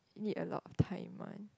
need a lot of time one